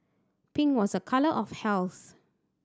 pink was a colour of health